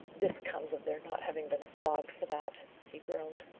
this comes of their not having been flogged for that! he groaned.